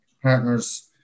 Partners